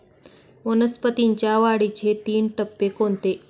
वनस्पतींच्या वाढीचे तीन टप्पे कोणते?